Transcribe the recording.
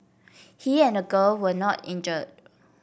he and the girl were not injured